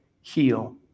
heal